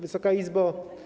Wysoka Izbo!